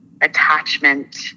attachment